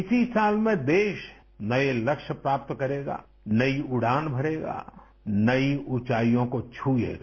इसी साल में देश नये लक्ष्य प्राप्त करेगा नई उड़ान भरेगा नई ऊँचाइयों को छुएगा